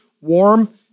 Warm